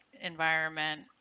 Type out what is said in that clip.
environment